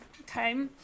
okay